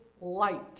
light